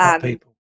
People